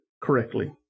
correctly